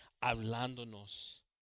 hablándonos